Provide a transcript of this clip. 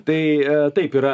tai taip yra